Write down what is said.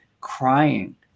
crying